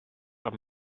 are